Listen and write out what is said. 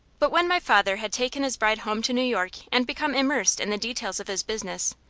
but when my father had taken his bride home to new york and became immersed in the details of his business,